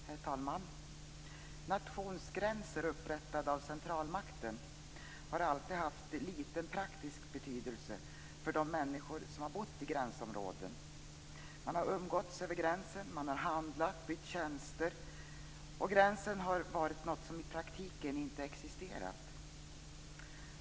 Herr talman! Nationsgränser upprättade av centralmakterna har alltid haft liten praktisk betydelse för de människor som bor i gränsområden. Man har umgåtts över gränsen, man har handlat och bytt tjänster. Gränsen har varit något som i praktiken inte existerat.